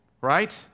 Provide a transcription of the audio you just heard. Right